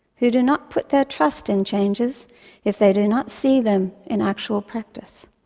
who do not put their trust in changes if they do not see them in actual practice.